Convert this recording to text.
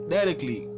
Directly